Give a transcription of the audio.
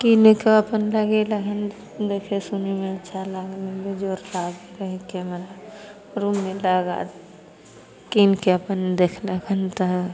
कीन कऽ अपन लगै देखै सुनैमे अच्छा लागल हइ बेजोड़ लागल हइ केमरा रूममे लगा कीनके अपन देखलक हन तऽ